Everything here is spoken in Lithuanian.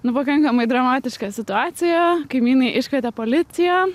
nu pakankamai dramatiška situacija kaimynai iškvietė policiją